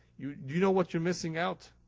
you you know what you're missing out?